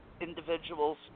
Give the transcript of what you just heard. individuals